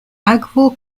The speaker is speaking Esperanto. akvo